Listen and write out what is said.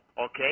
okay